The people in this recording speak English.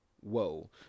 whoa